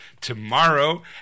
tomorrow